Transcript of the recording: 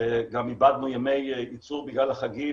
שגם איבדנו ימי ייצור בגלל החגים,